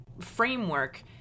framework